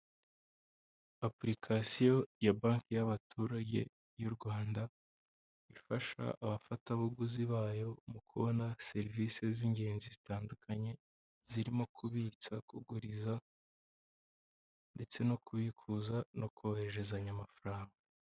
Apurikasiyo ya banki y'abaturage y'u Rwanda ifasha abafatabuguzi bayo mu kubona serivise zingenzi zitandukanye zirimo kubitsa, kuguriza ndetse no kubikuza no kohererezanya amafaranga.